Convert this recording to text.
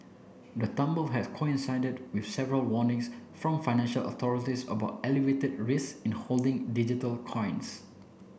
the tumble had coincided with several warnings from financial authorities about elevated risk in holding digital coins